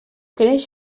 creix